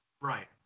Right